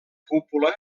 cúpula